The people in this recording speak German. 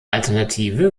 alternative